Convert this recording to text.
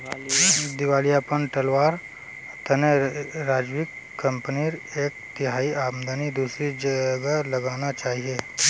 दिवालियापन टलवार तने राजीवक कंपनीर एक तिहाई आमदनी दूसरी जगह लगाना चाहिए